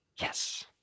Yes